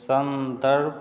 संदर्भ